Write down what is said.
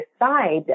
decide